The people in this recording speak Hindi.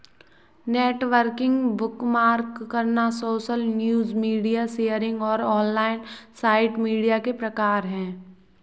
नेटवर्किंग, बुकमार्क करना, सोशल न्यूज, मीडिया शेयरिंग और ऑनलाइन साइट मीडिया के प्रकार हैं